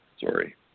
Sorry